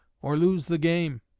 or lose the game.